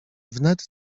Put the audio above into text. wnet